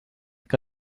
que